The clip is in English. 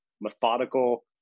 methodical